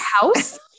house